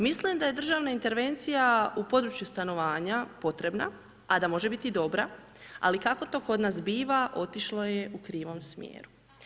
Mislim da je državna intervencija u području stanovanja potrebna, a da može biti dobra, ali kako to kod nas biva, otišlo je u krivom smjeru.